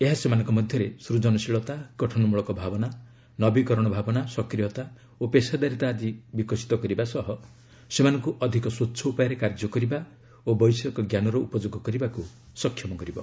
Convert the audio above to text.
ଏହା ସେମାନଙ୍କ ମଧ୍ୟରେ ସୃଜନଶୀଳତା ଗଠନ ମୂଳକ ଭାବନା ନବୀକରଣ ଭାବନା ସକ୍ରିୟତା ଓ ପେଷାଦାରିତା ଆଦି ବିକଶିତ କରିବା ସହ ସେମାନଙ୍କୁ ଅଧିକ ସ୍ପଚ୍ଛ ଉପାୟରେ କାର୍ଯ୍ୟ କରିବା ଓ ବୈଷୟିକ ଜ୍ଞାନର ଉପଯୋଗ କରିବାକୁ ସକ୍ଷମ କରିବ